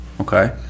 okay